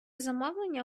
замовлення